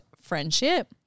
friendship